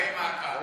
לקיים מעקב.